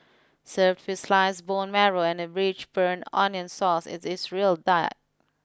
served with sliced bone marrow and a rich burnt onion sauce it is a real diet